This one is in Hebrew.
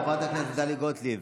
חברת הכנסת טלי גוטליב,